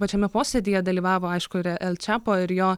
pačiame posėdyje dalyvavo aišku ir el čapo ir jo